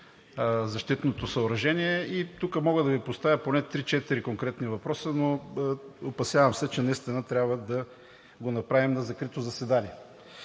защитното съоръжение и тук мога да Ви поставя поне три-четири конкретни въпроса, но опасявам се, че наистина трябва да го направим на закрито заседание.